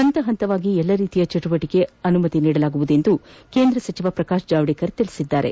ಹಂತವಾಗಿ ಎಲ್ಲ ರೀತಿಯ ಚಟುವಟಕೆಗಳಗೆ ಅನುಮತಿ ನೀಡಲಾಗುವುದು ಎಂದು ಕೇಂದ್ರ ಸಚಿವ ಪ್ರಕಾಶ್ ಜಾವಡೇಕರ್ ಸ್ಪಷ್ಪಪಡಿಸಿದ್ದಾರೆ